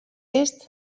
est